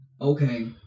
okay